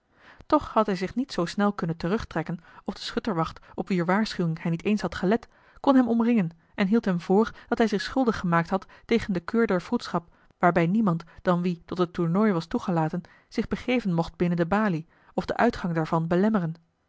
toch had hij zich niet zoo snel kunnen terugtrekken of de schutterwacht op wier waarschuwing hij niet eens had gelet kon hem omringen en hield hem voor dat hij zich schuldig gemaakt had tegen de keur der vroedschap waarbij niemand dan wie tot het tournooi was toegelaten zich begeven mocht binnen de balie of den uitgang daarvan belemmeren